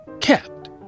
Kept